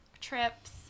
trips